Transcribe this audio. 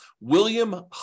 William